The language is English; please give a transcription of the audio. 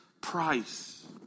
price